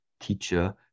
teacher